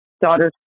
daughter's